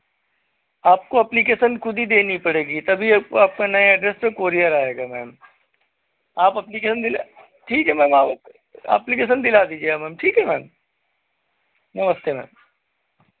आपको अप्लीकेशन खुद ही देनी पड़ेगी तभी आपको नए ऐड्रेस पे कोरियर आएगा मैम आप अप्लीकेशन दिला ठीक है मैम आप अप्लीकेशन दिला दीजिए मैम ठीक है मैम नमस्ते मैम